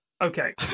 Okay